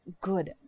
good